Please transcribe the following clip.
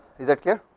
is that clear,